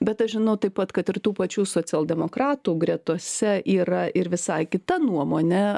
bet aš žinau taip pat kad ir tų pačių socialdemokratų gretose yra ir visai kita nuomonė